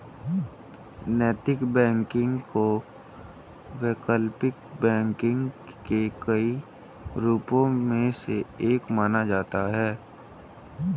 नैतिक बैंकिंग को वैकल्पिक बैंकिंग के कई रूपों में से एक माना जाता है